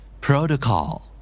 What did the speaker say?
Protocol